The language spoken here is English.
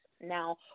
now